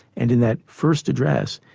and in that first address,